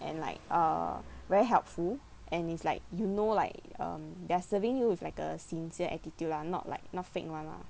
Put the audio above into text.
and like uh very helpful and it's like you know like um they're serving you with like a sincere attitude lah not like not fake [one] lah